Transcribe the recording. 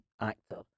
actor